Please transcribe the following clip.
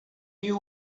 you